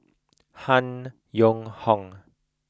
Han Yong Hong